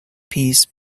peace